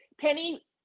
Penny